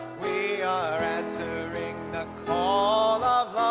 we are answering the call